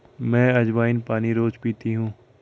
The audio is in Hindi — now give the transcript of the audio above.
मैं अज्वाइन पानी रोज़ पीती हूँ